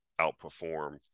outperform